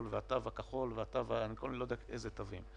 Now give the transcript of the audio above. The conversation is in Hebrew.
והתו הכחול ואני כבר לא יודע איזה תווים.